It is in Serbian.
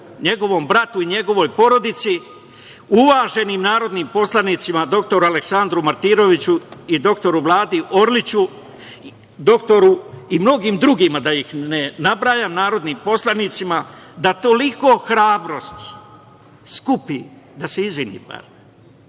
njegovom bratu i njegovoj porodici, uvaženim narodnim poslanicima, doktoru Aleksandru Martinoviću i doktoru Vladi Orliću i mnogim drugima da ih ne nabrajam, narodnim poslanicima, da toliko hrabrosti skupi, da se izvini